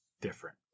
different